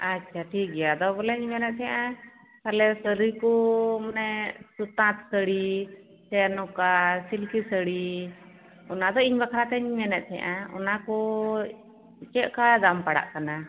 ᱟᱪᱪᱷᱟ ᱴᱷᱤᱠ ᱜᱮᱭᱟ ᱟᱫᱚ ᱵᱚᱞᱮᱧ ᱢᱮᱱᱮᱫ ᱛᱟᱦᱮᱱᱟ ᱛᱟᱦᱚᱞᱮ ᱥᱟᱹᱲᱤ ᱠᱚ ᱢᱟᱱᱮ ᱛᱟᱸᱛ ᱥᱟᱹᱲᱤ ᱥᱮ ᱱᱚᱝᱠᱟ ᱥᱤᱞᱠᱤ ᱥᱟᱹᱲᱤ ᱚᱱᱟ ᱫᱚ ᱤᱧ ᱵᱟᱠᱷᱨᱟ ᱛᱮᱧ ᱢᱮᱱᱮᱫ ᱛᱟᱦᱮᱱᱟ ᱚᱱᱠᱚ ᱪᱮᱫ ᱞᱮᱠᱟ ᱫᱟᱢ ᱯᱟᱲᱟᱜ ᱠᱟᱱᱟ